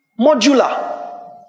Modular